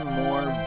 more